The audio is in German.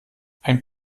ein